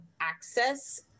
access